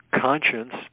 conscience